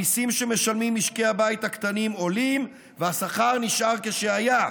המיסים שמשלמים משקי הבית הקטנים עולים והשכר נשאר כשהיה.